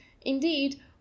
indeed